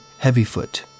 Heavyfoot